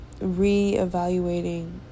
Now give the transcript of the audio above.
re-evaluating